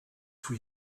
for